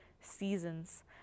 seasons